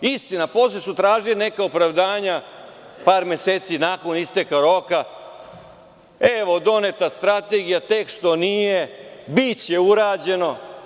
Istina, posle su tražili neka opravdanja, par meseci nakon isteka roka – evo, doneta strategija, tek što nije, biće urađeno.